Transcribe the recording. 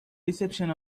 reception